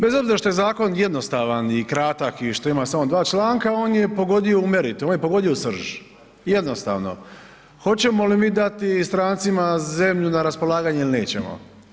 Bez obzira što je Zakon jednostavan i kratak, i što ima samo dva članka, on je pogodio u meritum, on je pogodio u srž, jednostavno hoćemo li mi dati strancima zemlju na raspolaganje ili nećemo.